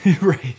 Right